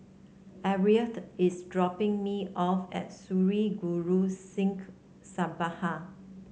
Arleth is dropping me off at Sri Guru Singh Sabha